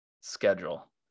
schedule